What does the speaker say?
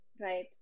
right